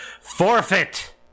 forfeit